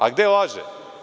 A gde laže?